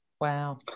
Wow